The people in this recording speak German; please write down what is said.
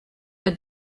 der